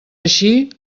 així